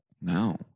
No